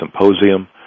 Symposium